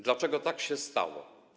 Dlaczego tak się stało?